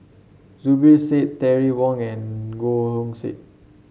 Zubir Said Terry Wong and Goh Hood Said